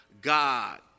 God